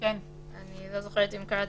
(4)